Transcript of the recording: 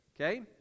Okay